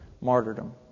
martyrdom